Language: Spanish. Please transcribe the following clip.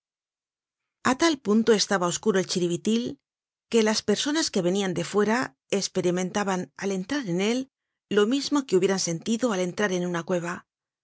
a tal punto estaba oscuro el chiribitil que las personas que venian de fuera esperimentaban al entrar en él lo mismo que hubieran sentido al entrar en una cueva